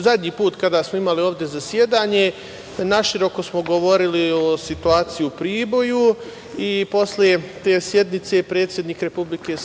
zadnji put kada smo imali ovde zasedanje, naširoko smo govorili o situaciji u Priboju i posle te sednice predsednik Republike,